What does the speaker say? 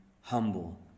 humble